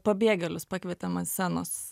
pabėgėlius pakvietėm ant scenos